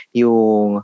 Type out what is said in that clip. yung